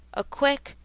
a quick,